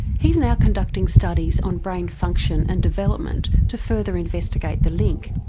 he's now conducting studies on brain function and development to further investigate the link.